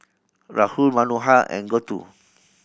Rahul Manohar and Gouthu